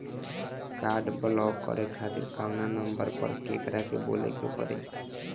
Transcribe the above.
Card block करे खातिर कवना नंबर पर केकरा के बोले के परी?